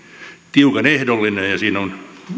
tiukan ehdollinen ja ja siinä on